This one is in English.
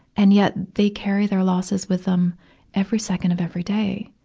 and yet, they carry their losses with them every second of every day.